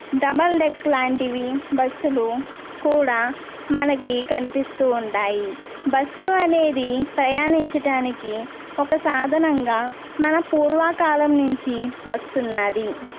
double deck లాంటివి బస్సులు కూడా మనకి కనిపిస్తూ ఉంటాయి బస్సు అనేది ప్రయాణించడానికి ఒక సాధనంగా మన పూర్వకాలం నుంచి వస్తున్నది